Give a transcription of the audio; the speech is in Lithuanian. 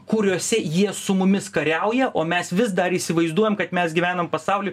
kuriuose jie su mumis kariauja o mes vis dar įsivaizduojam kad mes gyvenam pasauly